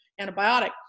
antibiotic